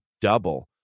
double